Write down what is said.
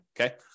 Okay